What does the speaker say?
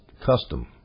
custom